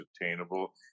attainable